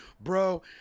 bro